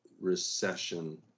recession